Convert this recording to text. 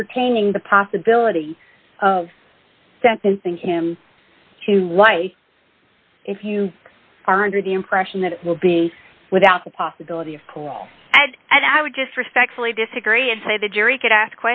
entertaining the possibility of sentencing him to life if you are under the impression that it will be without the possibility of coal and i would just respectfully disagree and say the jury could ask